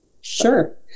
Sure